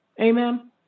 Amen